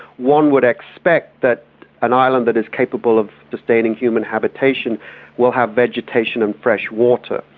one would expect that an island that is capable of sustaining human habitation will have vegetation and fresh water,